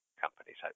companies